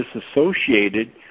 disassociated